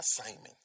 assignment